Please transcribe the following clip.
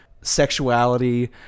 sexuality